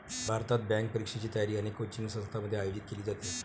भारतात, बँक परीक्षेची तयारी अनेक कोचिंग संस्थांमध्ये आयोजित केली जाते